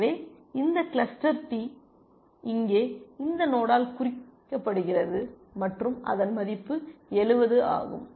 எனவே இந்த cluster D இங்கே இந்த நோடால் குறிக்கப்படுகிறது மற்றும் அதன் மதிப்பு 70 ஆகும்